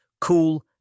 cool